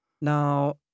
Now